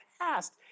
past